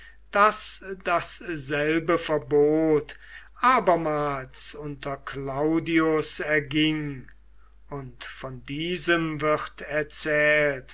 daß dasselbe verbot abermals unter claudius erging von diesem wird erzählt